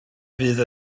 fydd